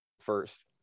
first